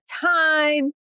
time